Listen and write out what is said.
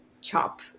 chop